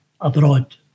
abroad